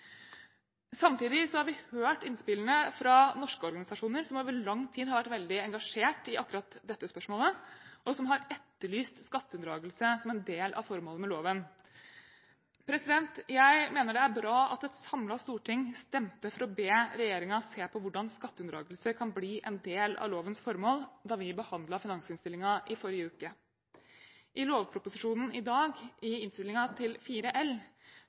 Samtidig har vi hørt innspillene fra norske organisasjoner som over lang tid har vært veldig engasjert i akkurat dette spørsmålet, og som har etterlyst skatteunndragelse som en del av formålet med loven. Jeg mener det er bra at et samlet storting stemte for å be regjeringen om å se på hvordan skatteunndragelse kan bli en del av lovens formål, da vi behandlet finansinnstillingen i forrige uke. I innstillingen til lovproposisjonen i dag, Innst. 4 L, fremmer Arbeiderpartiet, SV og Senterpartiet forslag til